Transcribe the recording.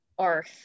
earth